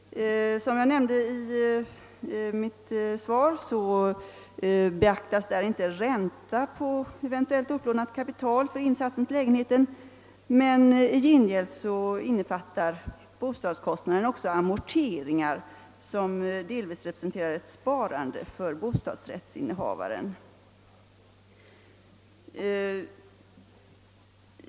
Som jag nämnde i mitt svar beaktas inte ränta på eventuellt upplånat kapital för insatsen till lägenhe ten, men i gengäld innefattar bostadskostnaden också amorteringar, som delvis representerar ett sparande för bostadsrättsinnehavaren.